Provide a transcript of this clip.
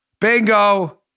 bingo